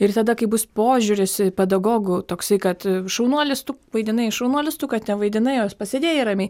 ir tada kai bus požiūris pedagogų toksai kad šaunuolis tu vaidinai šaunuolis tu kad nevaidinai o pasėdėjai ramiai